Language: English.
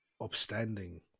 upstanding